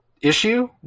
issue